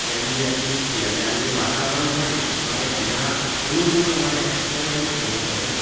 ત્યાંનું જે અટમોસફીયર ત્યાંનું જે વાતાવરણ હોય ને અમારે એનાં અનુકૂળ અમારે એક એક્લેમેટાઈઝ કરવું પડે